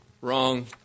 Wrong